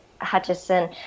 Hutchison